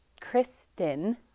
Kristen